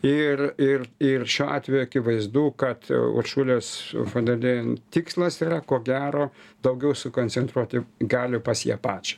ir ir ir šiuo atveju akivaizdu kad uršulės fon der lejen tikslas yra ko gero daugiau sukoncentruoti galių pas ją pačią